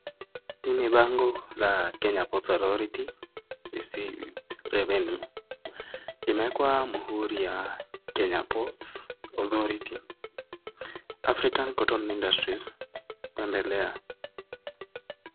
Hii ni bango la Kenya ports authority received revenue ,imeekwa mhuri ya kenya ports authority , African cotton industries kuendelea.